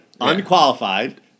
unqualified